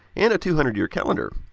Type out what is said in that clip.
and a two hundred year calendar!